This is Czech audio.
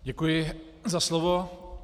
Děkuji za slovo.